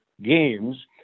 games